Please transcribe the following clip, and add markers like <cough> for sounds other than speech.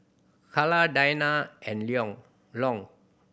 Carla Diana and <unintelligible> Long